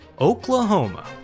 Oklahoma